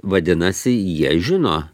vadinasi jie žino